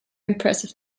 impressive